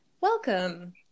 welcome